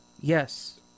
Yes